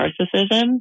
narcissism